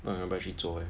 不懂要不要去做 eh